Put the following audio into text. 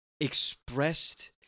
expressed